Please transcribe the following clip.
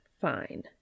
Fine